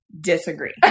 Disagree